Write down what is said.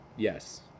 Yes